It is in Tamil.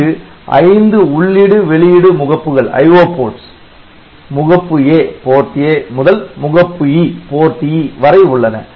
இங்கு 5 உள்ளிடு வெளியிடு முகப்புகள் IO ports முகப்பு A முதல் முகப்பு E வரை உள்ளன